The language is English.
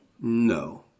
No